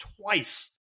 twice